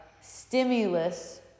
stimulus